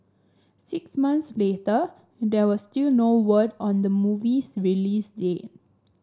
six months later there was still no word on the movie's release date